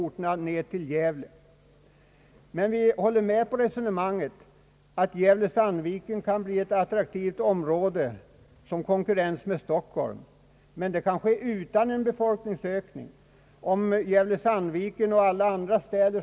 Jag är ändå med på resonemanget att Gävle-Sandviken kan bli ett attraktivt område som kan konkurrera med Stockholm, men det kan ske utan befolkningsökning från länet, möjligen från Stockholm i stället.